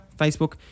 Facebook